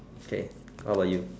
k what about you